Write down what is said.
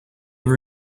were